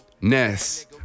Ness